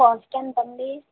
cost ఎంతండీ